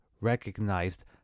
recognized